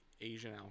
Asian